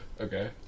Okay